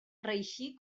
reeixí